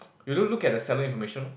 you don't look at the selling information lor